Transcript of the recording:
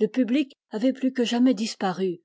le public avait plus que jamais disparu